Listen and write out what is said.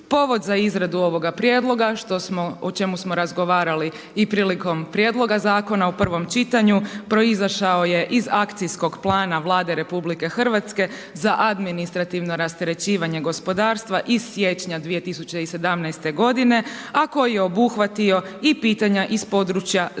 Povod za izradu ovog prijedloga, o čemu smo razgovarali i prilikom prijedloga zakona u prvom čitanju, proizašao je iz akcijskog plana Vlade RH za administrativno rasterećivanje gospodarstva iz siječnja 2017. godine, a koji je obuhvatio i pitanja iz područja zaštite